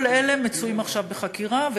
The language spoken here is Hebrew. כל אלה נמצאים עכשיו בחקירה,